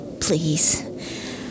Please